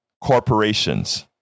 corporations